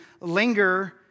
linger